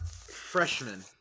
freshman